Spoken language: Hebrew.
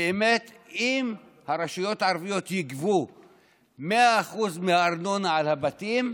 אם באמת הרשויות הערביות יגבו 100% של הארנונה על הבתים,